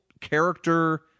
character